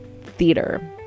theater